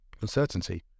uncertainty